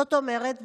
זאת אומרת,